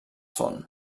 fon